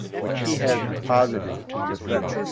which he has deposited to your credit.